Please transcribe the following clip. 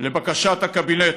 לבקשת הקבינט,